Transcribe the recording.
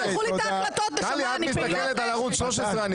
טלי, את מסתכלת על ערוץ 13?